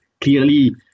clearly